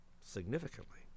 significantly